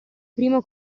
primo